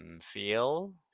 feel